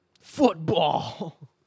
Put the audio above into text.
Football